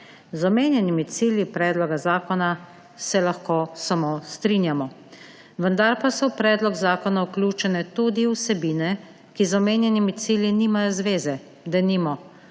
Z omenjenimi cilji predloga zakona se lahko samo strinjamo. Vendar pa so v predlog zakona vključene tudi vsebine, ki z omenjenimi cilji nimajo zveze, denimo,